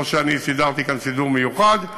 לא שאני סידרתי כאן סידור מיוחד,